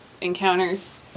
encounters